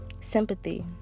sympathy